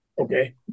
Okay